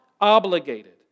obligated